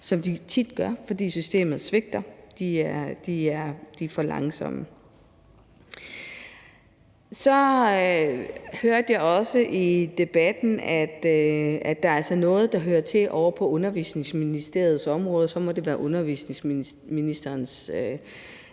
som de tit gør, fordi systemet svigter og er for langsomt. Kl. 13:56 Så hørte jeg også i debatten, at det altså er noget, der hører til ovre på Børne- og Undervisningsministeriets område, og at det så må være undervisningsministerens opgave.